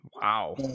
Wow